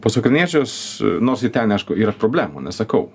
pas ukrainiečius nors ir ten aišku yra problemų nesakau